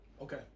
Okay